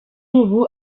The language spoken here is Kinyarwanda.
ubu